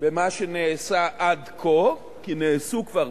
במה שנעשה עד כה, כי נעשו כבר